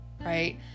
right